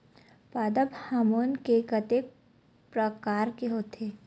पादप हामोन के कतेक प्रकार के होथे?